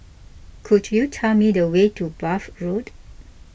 could you tell me the way to Bath Road